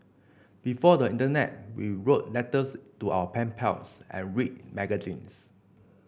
before the internet we wrote letters to our pen pals and read magazines